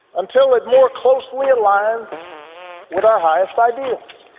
until it more closely aligns with our highest ideals.